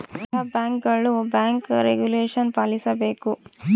ಎಲ್ಲ ಬ್ಯಾಂಕ್ಗಳು bank regulation ಪಾಲಿಸಬೇಕು